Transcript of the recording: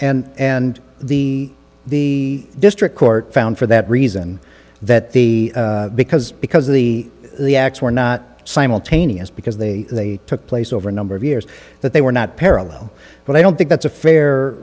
and and the the district court found for that reason that the because because of the the acts were not simultaneous because they took place over a number of years that they were not parallel but i don't think that's a fair